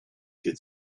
could